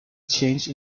change